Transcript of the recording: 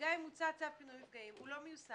וגם אם הוצא צו פינוי מפגעים, הוא לא מיושם.